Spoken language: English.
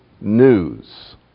news